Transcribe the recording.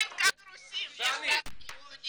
אין כאן רוסים, יש כאן יהודים מרוסיה.